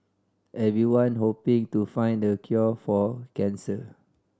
everyone hoping to find the cure for cancer